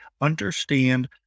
understand